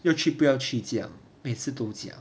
要去不要去这样每次都这样